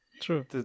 true